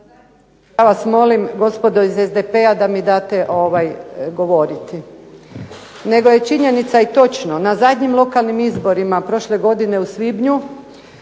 pa vas molim gospodo iz SDP-a da mi date govoriti. Nego je činjenica i točno na zadnjim lokalnim izborima prošle godine u svibnju